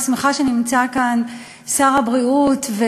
אני שמחה שנמצא כאן שר הבריאות,